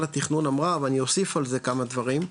התכנון אמרה ואני אוסיף על זה כמה דברים,